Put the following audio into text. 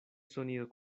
sonido